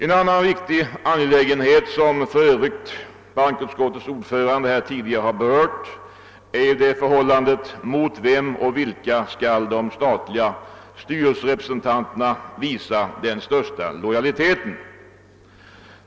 En annan viktig angelägenhet, som för övrigt bankoutskottets ordförande här tidigare har berört, är frågan: Mot vem eller vilka skall de statliga styrelserepresentanterna visa den största lojaliteten?